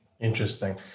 Interesting